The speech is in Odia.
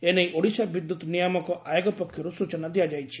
ଏ ନେଇ ଓଡ଼ିଶା ବିଦ୍ୟତ୍ ନିୟାମକ ଆୟୋଗ ପକ୍ଷରୁ ସୂଚନା ଦିଆଯାଇଛି